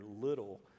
little